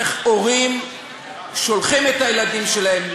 איך הורים שולחים את הילדים שלהם,